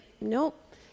nope